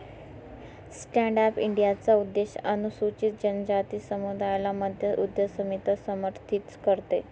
stand up इंडियाचा उद्देश अनुसूचित जनजाति समुदायाला मध्य उद्यमिता समर्थित करते